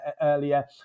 earlier